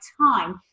time